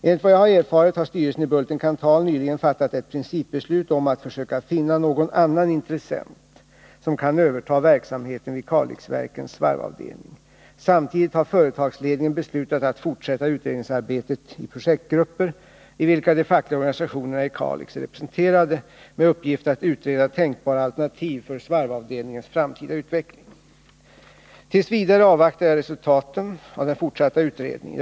Enligt vad jag har erfarit har styrelsen i Bulten-Kanthal nyligen fattat ett principbeslut om att försöka finna någon annan intressent som kan överta verksamheten vid Kalixverkens svarvavdelning. Samtidigt har företagsledningen beslutat att fortsätta utredningsarbetet i projektgrupper, i vilka de fackliga organisationerna i Kalix är representerade, med uppgift att utreda tänkbara alternativ för svarvavdelningens framtida utveckling. T. v. avvaktar jag resultaten av den fortsatta utredningen.